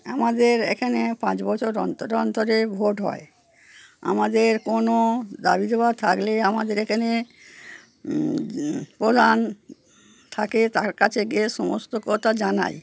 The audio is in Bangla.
আমাদের এখানে পাঁচ বছর অন্তর অন্তর ভোট হয় আমাদের কোনো দাবিদাবা থাকলে আমাদের এখানে প্রধান থাকে তার কাছে গিয়ে সমস্ত কথা জানাই